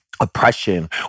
oppression